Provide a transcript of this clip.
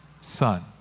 son